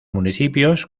municipios